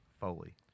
Foley